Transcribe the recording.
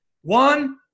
One